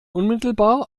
unmittelbar